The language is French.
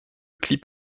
clip